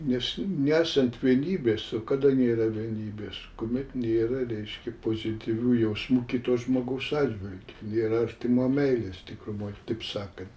nes neesant vienybės o kada nėra vienybės kuomet nėra reiškia pozityvių jausmų kito žmogaus atžvilgiu nėra artimo meilės tikrumo taip sakant